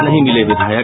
नहीं मिले विधायक